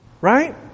right